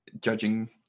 judging